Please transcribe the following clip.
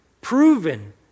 proven